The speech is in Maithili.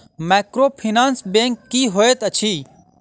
माइक्रोफाइनेंस बैंक की होइत अछि?